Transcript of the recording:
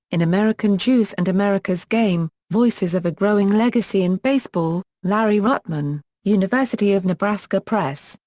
in american jews and america's game voices of a growing legacy in baseball, larry ruttman, university of nebraska press,